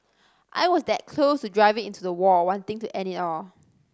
I was that close to driving into the wall wanting to end it all